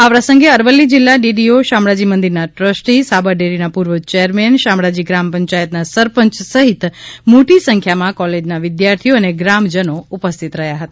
આ પ્રસંગે અરવલ્લી જિલ્લા ડીડીઓ શામળાજી મંદિરના દ્રસ્ટી સાબરડેરીના પૂર્વ ચેરમેન શામળાજી ગ્રામ પંચાયતના સરપંચ સહિત મોટી સંખ્યામાં કોલેજના વિદ્યાર્થીઓ અને ગ્રામજનો ઉપસ્થિત રહ્યા હતા